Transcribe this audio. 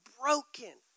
broken